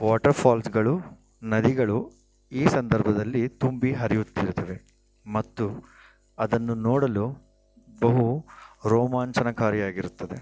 water ಫಾಲ್ಸ್ಗಳು ನದಿಗಳು ಈ ಸಂದರ್ಭದಲ್ಲಿ ತುಂಬಿ ಹರಿಯುತ್ತಿರುತ್ತವೆ ಮತ್ತು ಅದನ್ನು ನೋಡಲು ಬಹು ರೋಮಾಂಚನಕಾರಿಯಾಗಿರುತ್ತದೆ